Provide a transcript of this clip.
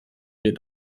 wir